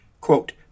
Quote